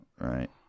Right